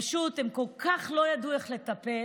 פשוט, הם כל כך לא ידעו איך לטפל,